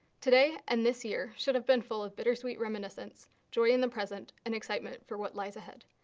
today and this year should have been full of bittersweet reminiscence, joy in the present and excitement for what lies ahead.